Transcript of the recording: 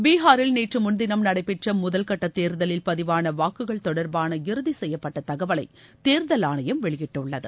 பீகாரில் நேற்று முன்தினம் நடைபெற்ற முதல்கட்ட தேர்தலில் பதிவான வாக்குகள் தொடர்பான இறுதி செய்யப்பட்ட தகவலை தேர்தல் ஆணையம் வெளியிட்டுள்ளது